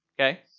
Okay